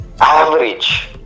Average